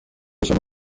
شما